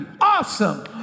Awesome